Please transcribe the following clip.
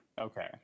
Okay